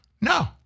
No